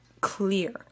clear